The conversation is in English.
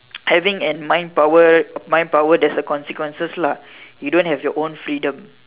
having a mind power mind power there's a consequences lah you don't have your own freedom